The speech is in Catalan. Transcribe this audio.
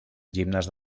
gimnàs